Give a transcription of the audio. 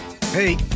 Hey